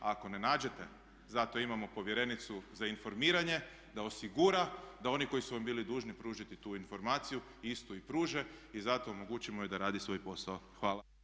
A ako ne nađete zato imamo povjerenicu za informiranje, da osigura da oni koji su vam bili dužni pružiti tu informaciju istu i pruže i zato omogućimo joj da radi svoj posao.